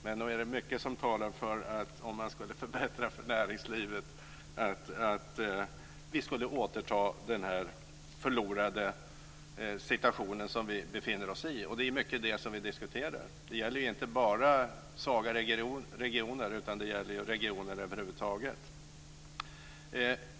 Men nog är det mycket som talar för att vi skulle återta den position som vi har förlorat om vi förbättrade för näringslivet. Det är mycket detta som vi diskuterar. Det gäller inte bara svaga regioner, utan det gäller regioner över huvud taget.